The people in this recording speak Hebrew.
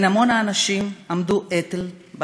בין המון האנשים עמדו אתל,